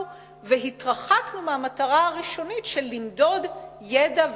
והתרחקנו מהמטרה הראשונית של למדוד ידע,